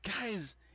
Guys